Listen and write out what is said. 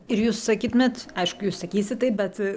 ir jūs sakytumėt aišku jūs sakysit taip bet